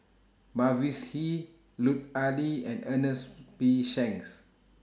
Mavis Hee Lut Ali and Ernest P Shanks